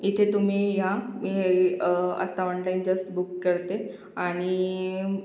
इथे तुम्ही या मी आत्ता ऑणलाईन जस्त बुक करते आणि